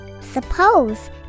Suppose